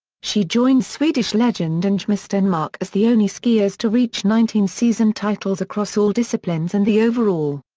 she joined swedish legend ingemar stenmark as the only skiers to reach nineteen season titles across all disciplines and the overall.